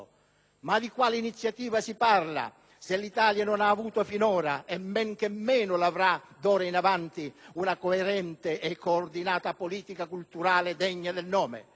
Ma di quale iniziativa si parla se l'Italia non ha avuto finora, e men che meno l'avrà d'ora in avanti, una coerente e coordinata politica culturale degna del nome?